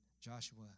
Joshua